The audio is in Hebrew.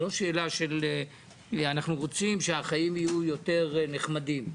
זה לא שאלה של אנחנו רוצים שהחיים יהיו יותר נחמדים.